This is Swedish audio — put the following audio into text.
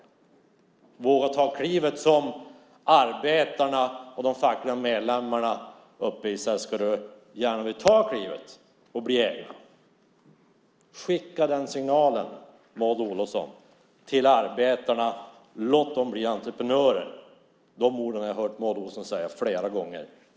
Det handlar om att våga ta klivet. Arbetarna och de fackliga medlemmarna uppe i Seskarö vill gärna ta klivet och bli egna. Skicka signalen till arbetarna, Maud Olofsson. Låt dem bli entreprenörer. De orden har jag hört Maud Olofsson säga flera gånger.